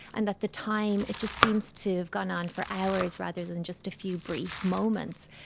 and that the time, it just seems to have gone on for hours rather than just a few brief moments.